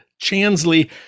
Chansley